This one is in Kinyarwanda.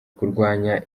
kurwanya